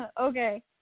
Okay